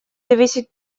зависеть